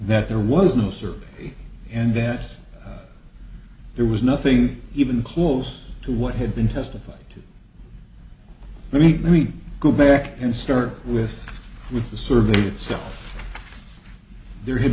that there was no survey and that there was nothing even close to what had been testified to meet let me go back and start with with the survey itself there had